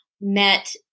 met